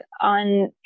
on